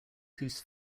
whose